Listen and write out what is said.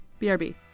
BRB